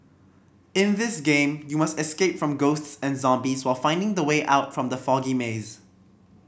in this game you must escape from ghosts and zombies while finding the way out from the foggy maze